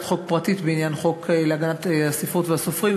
חוק פרטית בעניין חוק להגנת הספרות והסופרים,